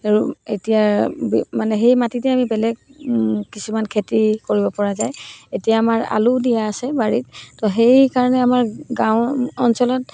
আৰু এতিয়া মানে সেই মাটিতে আমি বেলেগ কিছুমান খেতি কৰিব পৰা যায় এতিয়া আমাৰ আলু দিয়া আছে বাৰীত তো সেইকাৰণে আমাৰ গাঁও অঞ্চলত